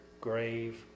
grave